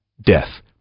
death